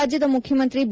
ರಾಜ್ಯದ ಮುಖ್ಯಮಂತ್ರಿ ಬಿ